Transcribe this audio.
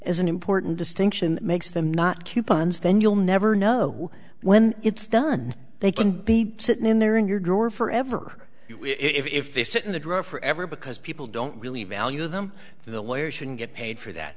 as an important distinction makes them not coupons then you'll never know when it's done they can be sitting in there in your drawer forever if they sit in the drawer for ever because people don't really value them the lawyers shouldn't get paid for that